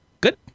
good